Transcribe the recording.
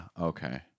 Okay